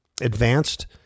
advanced